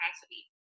capacity